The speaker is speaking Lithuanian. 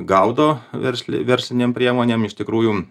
gaudo versli verslinėm priemonėm iš tikrųjų